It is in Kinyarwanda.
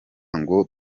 ngo